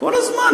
כל הזמן.